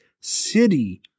city